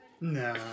No